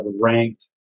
ranked